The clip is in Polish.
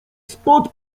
spod